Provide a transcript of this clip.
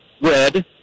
red